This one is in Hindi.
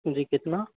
जी कितना